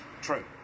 True